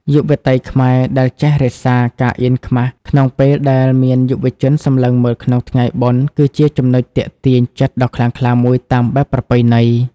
យុវតីខ្មែរដែលចេះរក្សា "ការអៀនខ្មាស" ក្នុងពេលដែលមានយុវជនសម្លឹងមើលក្នុងថ្ងៃបុណ្យ គឺជាចំណុចទាក់ទាញចិត្តដ៏ខ្លាំងក្លាមួយតាមបែបប្រពៃណី។